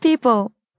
people